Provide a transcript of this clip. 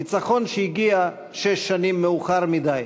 ניצחון שהגיע שש שנים מאוחר מדי.